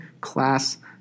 class